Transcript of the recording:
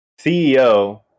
ceo